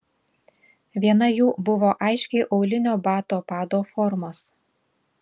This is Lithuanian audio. viena jų buvo aiškiai aulinio bato pado formos